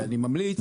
ואני ממליץ,